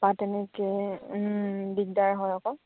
বা তেনেকে দিগদাৰ হয় আকৌ